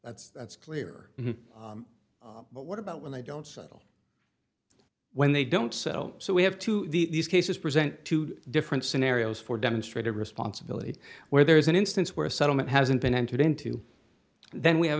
that's that's clear but what about when they don't settle when they don't so so we have to these cases present two different scenarios for demonstrated responsibility where there is an instance where a settlement hasn't been entered into then we have